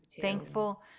thankful